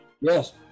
Yes